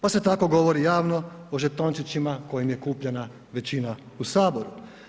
Pa se tako govori javno o žetončićima kojim je kupljena većina u Saboru.